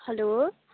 hello